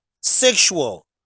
sexual